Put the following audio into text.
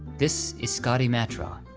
this is scotty mattraw,